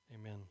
Amen